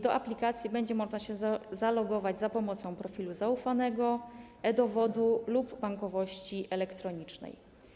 Do aplikacji będzie się można zalogować za pomocą profilu zaufanego, e-dowodu lub bankowości elektronicznej.